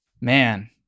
Man